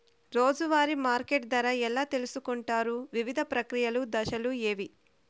రోజూ వారి మార్కెట్ ధర ఎలా తెలుసుకొంటారు వివిధ ప్రక్రియలు దశలు ఏవి?